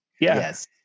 yes